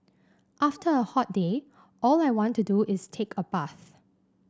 after a hot day all I want to do is take a bath